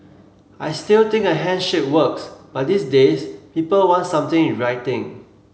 I still think a handshake works but these days people want something in writing